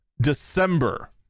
December